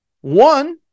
one